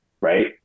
right